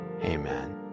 Amen